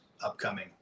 upcoming